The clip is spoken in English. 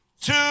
Two